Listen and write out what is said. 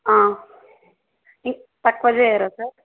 ఇంక తక్కువ చెయ్యరా సార్